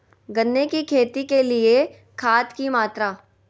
गन्ने की खेती के लिए खाद की मात्रा?